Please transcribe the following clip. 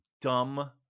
dumb